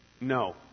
no